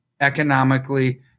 economically